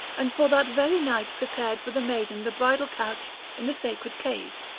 and for that very night prepared for the maiden the bridal couch in the sacred cave,